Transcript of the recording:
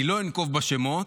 אני לא אנקוב בשמות,